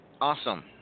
Awesome